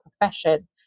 profession